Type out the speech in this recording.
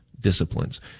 disciplines